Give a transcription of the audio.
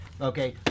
okay